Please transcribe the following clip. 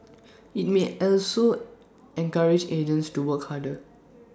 IT may also encourage agents to work harder